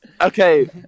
okay